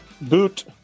Boot